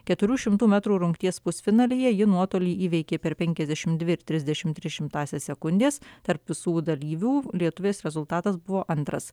keturių šimtų metrų rungties pusfinalyje ji nuotolį įveikė per penkiasdešimt dvi ir trisdešimt tris šimtąsias sekundės tarp visų dalyvių lietuvės rezultatas buvo antras